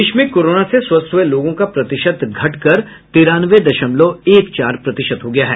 देश में कोरोना से स्वस्थ हुए लोगों का प्रतिशत घटकर तिरानवे दशमवल एक चार प्रतिशत हो गया है